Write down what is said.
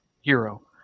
hero